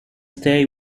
stay